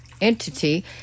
entity